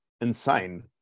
insane